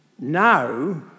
Now